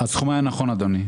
הסכום היה נכון, אדוני.